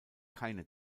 keine